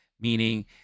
Meaning